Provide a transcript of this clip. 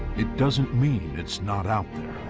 it doesn't mean it's not out